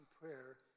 prayer